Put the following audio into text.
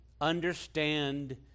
understand